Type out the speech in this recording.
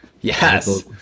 Yes